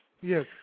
Yes